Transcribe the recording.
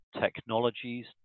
technologies